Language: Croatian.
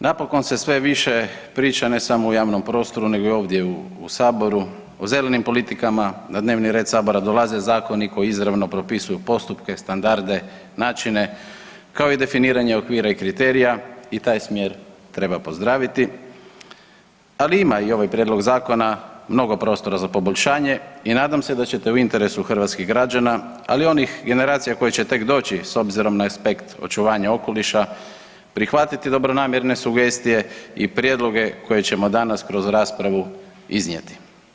Napokon se sve više priča ne samo u javnom prostoru nego i ovdje u saboru o zelenim politikama, na dnevni red sabora dolaze zakoni koji izravno propisuju postupke, standarde, načine, kao i definiranje okvira i kriterija i taj smjer treba pozdraviti, ali ima i ovaj prijedlog zakona mnogo prostora za poboljšanje i nadam se da ćete u interesu hrvatskih građana, ali i onih generacija koje će tek doći s obzirom na ekspekt očuvanja okoliša prihvatiti dobronamjerne sugestije i prijedloge koje ćemo danas kroz raspravu iznijeti.